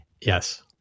yes